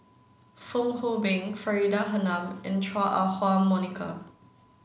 Fong Hoe Beng Faridah Hanum and Chua Ah Huwa Monica